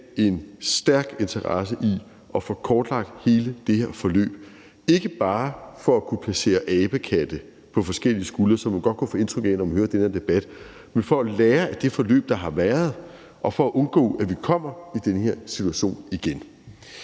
en stærk interesse i at få kortlagt hele det her forløb. Og det er ikke bare for at kunne placere abekatte på forskellige skuldre, som man godt kunne få indtryk af, når man hører den her debat, men for at lære af det forløb, der har været, og for at undgå, at vi kommer i den her situation igen.